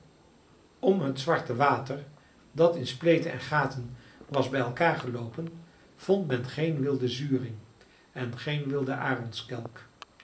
om het zwarte water dat in spleten en gaten was bij elkaar geloopen vond men geen wilde zuring en geen wilde aaronskelk